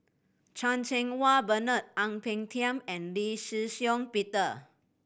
Chan Cheng Wah Bernard Ang Peng Tiam and Lee Shih Shiong Peter